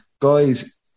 Guys